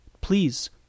Please